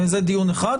זה דיון אחד.